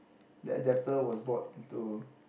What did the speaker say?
that adapter was bought into